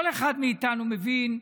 כל אחד מאיתנו מבין,